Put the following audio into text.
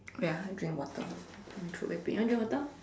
wait ah I drink water my throat very pain you want to drink water